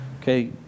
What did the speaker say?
Okay